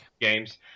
games